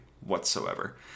whatsoever